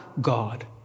God